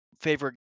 favorite